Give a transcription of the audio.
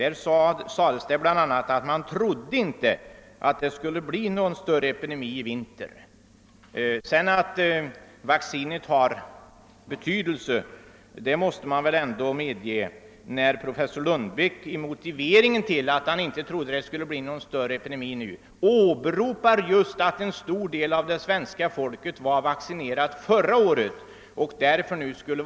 Därvid framhölls bl.a. att man inte trodde att det skulle bli någon större epidemi i vinter eftersom en stor del av svenska folket vaccinerades förra året och därför nu skulle vara immuna. Härav framgår väl att vaccinet anses ha stor betydelse.